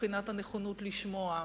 מבחינת הנכונות לשמוע.